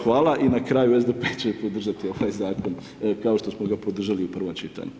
Hvala i na kraju SDP će podržati ovaj zakon, kao što smo ga podržali i u prvom čitanju.